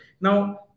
Now